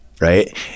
Right